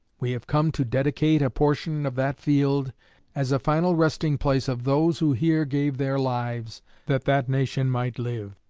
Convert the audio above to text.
we have come to dedicate a portion of that field as a final resting-place of those who here gave their lives that that nation might live.